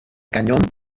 cañón